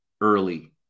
early